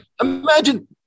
Imagine